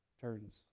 turns